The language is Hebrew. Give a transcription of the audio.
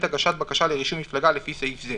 הגשת בקשה לרישום מפלגה לפי סעיף זה.